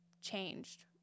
changed